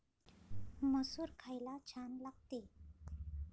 मसूर खायला छान लागते